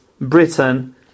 britain